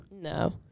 No